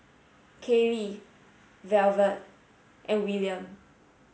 Kaylie Velvet and Willaim